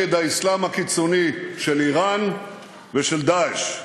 נגד האסלאם הקיצוני של איראן ושל "דאעש".